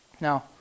Now